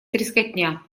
трескотня